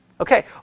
Okay